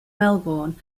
melbourne